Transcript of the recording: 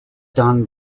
done